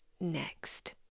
next